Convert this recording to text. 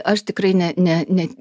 aš tikrai ne ne ne